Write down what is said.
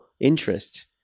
interest